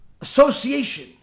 association